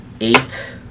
eight